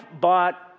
bought